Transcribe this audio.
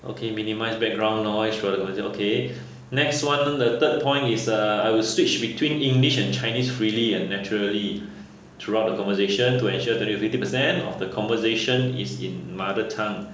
okay minimise background noise okay next [one] the third point is uh I will switch between english and chinese freely and naturally throughout the conversation to ensure that you have eighty percent of the conversation is in mother tongue